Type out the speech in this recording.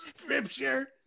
scripture